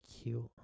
cute